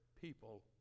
people